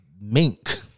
mink